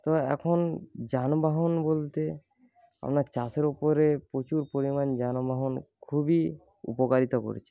এখন যানবাহন বলতে আমরা চাষের ওপরে প্রচুর পরিমাণ যানবাহন খুবই উপকারিতা করেছে